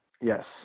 yes